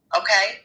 okay